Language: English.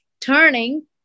turning